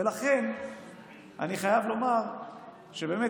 ולכן אני חייב לומר שבאמת